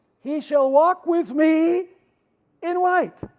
he shall walk with me in white,